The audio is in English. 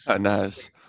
Nice